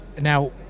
Now